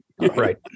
Right